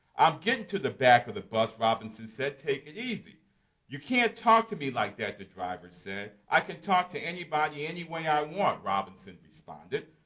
i'm getting to the back of the bus robinson said, take it easy you can't talk to me like that the driver said. i can talk to anybody any way i want robinson responded.